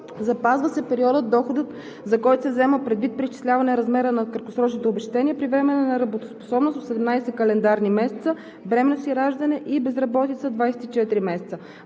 запазва се периодът – доходът, за който се взема предвид при изчисляване размерите на краткосрочните обезщетения при временна неработоспособност – 18 календарни месеца, бременност и раждане и безработица – 24 месеца;